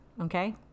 Okay